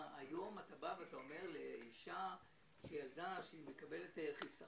היום אתה בא ואתה אומר לאישה שילדה: אני לא מאפשר לך לשים את החיסכון